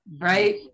Right